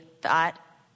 thought